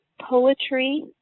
poetry